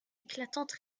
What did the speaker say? éclatante